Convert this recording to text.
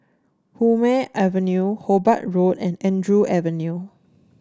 Hume Avenue Hobart Road and Andrew Avenue